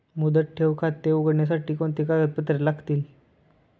मुदत ठेव खाते उघडण्यासाठी कोणती कागदपत्रे लागतील?